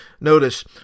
Notice